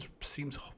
seems